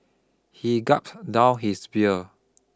he gulp down his beer